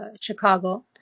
Chicago